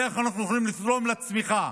ואיך אנחנו יכולים לתרום לצמיחה.